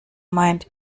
meint